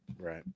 right